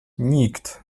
nikt